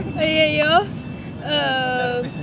அய்யய்யோ:ayyayyo um